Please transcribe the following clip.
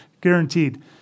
Guaranteed